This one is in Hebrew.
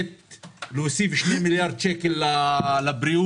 להוסיף שני מיליארד שקל לבריאות,